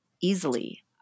easily